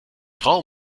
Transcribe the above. frau